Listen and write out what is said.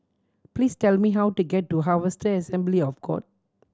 please tell me how to get to Harvester Assembly of God